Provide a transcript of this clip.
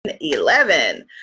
eleven